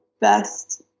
best